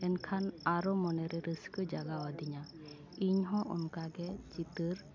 ᱮᱱᱠᱷᱟᱱ ᱟᱨᱚ ᱢᱚᱱᱮ ᱨᱟᱹᱥᱠᱟᱹ ᱡᱟᱜᱟᱣ ᱟᱹᱫᱤᱧᱟᱹ ᱤᱧ ᱦᱚᱸ ᱚᱱᱠᱟ ᱜᱮ ᱪᱤᱛᱟᱹᱨ